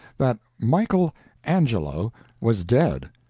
that michael angelo was dead!